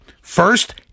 First